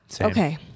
Okay